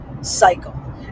cycle